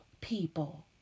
people